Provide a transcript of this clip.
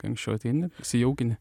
kai anksčiau ateini prisijaukini